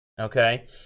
okay